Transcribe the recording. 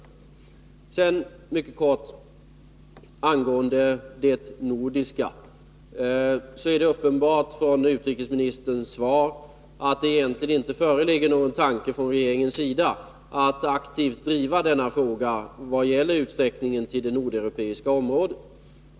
Jag skall sedan fatta mig mycket kort angående det nordiska. Det är av utrikesministerns svar uppenbart att det egentligen inte föreligger någon tanke från regeringens sida att aktivt driva frågan om en utsträckning till det nordeuropeiska området.